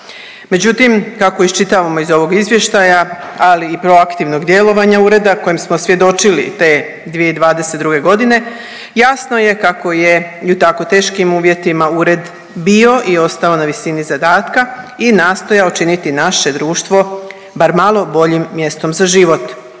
Međutim kako iščitavamo iz ovog izvještaja ali i proaktivnog djelovanja ureda kojem smo svjedočili te 2022. godine, jasno je kako je i u tako teškim uvjetima ured bio i ostao na visini zadatka i nastojao činiti naše društvo bar malo boljim mjestom za život.